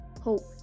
hope